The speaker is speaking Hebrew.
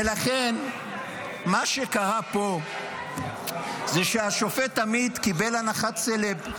לכן, מה שקרה פה הוא שהשופט עמית קיבל הנחת סלב.